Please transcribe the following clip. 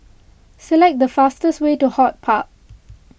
select the fastest way to HortPark